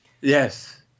Yes